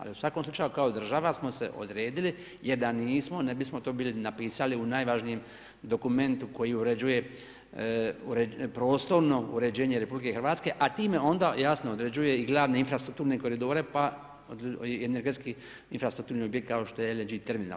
Ali u svakom slučaju kao država smo se odredili, jer da nismo ne bismo to bili napisali u najvažnijem dokumentu koji uređuje prostorno uređenje RH, a time onda jasno određuje i glavne infrastrukturne koridore, pa i energetski infrastrukturni objekt kao što je LNG terminal.